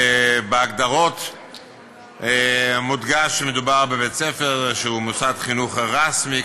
בהגדרות מודגש שמדובר בבית-ספר שהוא מוסד חינוך רשמי,